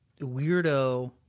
weirdo